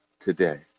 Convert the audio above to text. today